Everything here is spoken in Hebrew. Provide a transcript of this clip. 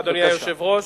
אדוני היושב-ראש,